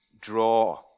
draw